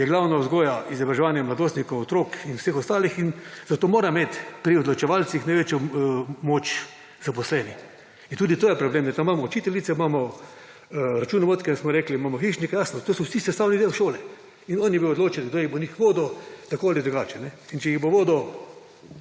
je glavna vzgoja, izobraževanje mladostnikov, otrok in vseh ostalih, zato morajo imeti pri odločevalcih največjo moč zaposleni. In tudi to je problem, imamo učiteljice, imamo računovodje, smo rekli, imamo hišnike, jasno, vsi ti so sestavni del šole in oni bodo odločali, kdo bo njih vodil, tako ali drugače. In če jih bo vodil